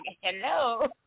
hello